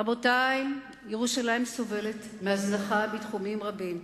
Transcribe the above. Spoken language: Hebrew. רבותי, ירושלים סובלת מהזנחה בתחומים רבים.